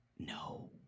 No